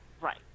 right